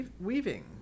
weaving